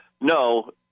no